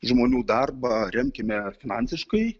žmonių darbą remkime finansiškai